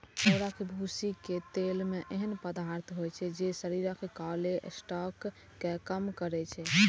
चाउरक भूसीक तेल मे एहन पदार्थ होइ छै, जे शरीरक कोलेस्ट्रॉल कें कम करै छै